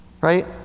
Right